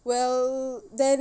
well then